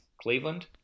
Cleveland